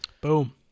Boom